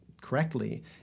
correctly